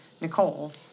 Nicole